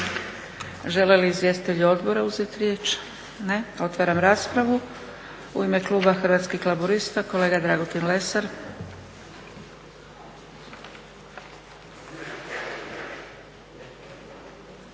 Žele li izvjestitelji odbora uzeti riječ? Ne. Otvaram raspravu. U ime kluba Hrvatskih laburista kolega Dragutin Lesar.